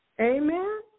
Amen